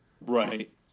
Right